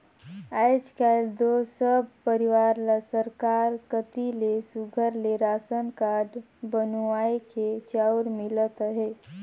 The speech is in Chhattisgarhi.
आएज काएल दो सब परिवार ल सरकार कती ले सुग्घर ले रासन कारड बनुवाए के चाँउर मिलत अहे